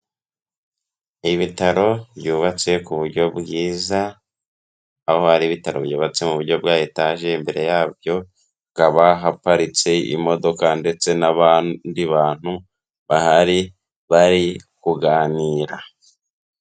Ibitaro byubatse ku buryo bwiza, aho ari ibitaro byubatse mu buryo bwa etaje, imbere yabyo hakaba haparitse imodoka ndetse n'abandi bantu bahari bari kuganira.